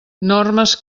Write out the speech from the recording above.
normes